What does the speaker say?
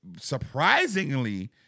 surprisingly